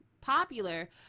popular